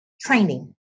training